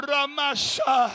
Ramasha